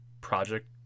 project